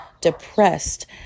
depressed